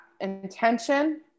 intention